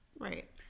Right